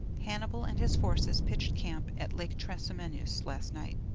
hannibal and his forces pitched camp at lake trasimenus last night.